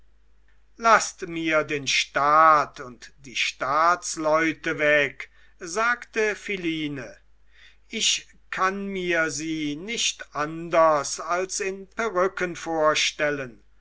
laßt mir den staat und die staatsleute weg sagte philine ich kann mir sie nicht anders als in perücken vorstellen